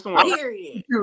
Period